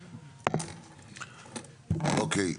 אוקיי.